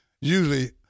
usually